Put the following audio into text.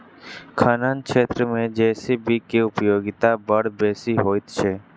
खनन क्षेत्र मे जे.सी.बी के उपयोगिता बड़ बेसी होइत छै